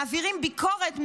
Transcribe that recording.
מעבירים ביקורת,